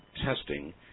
testing